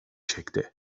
çekti